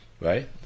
Right